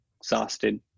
exhausted